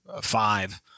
five